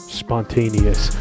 spontaneous